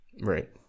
Right